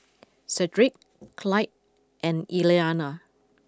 Sedrick Clide and Elliana